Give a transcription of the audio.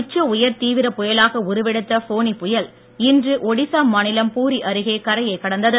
உச்ச உயர் தீவிரப் புயலாக உருவெடுத்த ஃபானி புயல் இன்று ஒடிஸா மாநிலம் பூரி அருகே கரையைக் கடந்தது